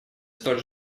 столь